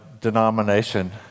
denomination